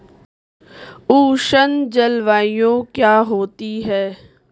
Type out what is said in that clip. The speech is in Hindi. उष्ण जलवायु क्या होती है?